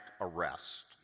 arrest